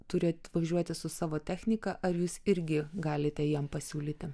turi atvažiuoti su savo technika ar jūs irgi galite jiem pasiūlyti